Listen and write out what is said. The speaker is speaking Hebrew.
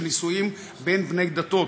של נישואים בין בני דתות,